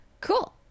cool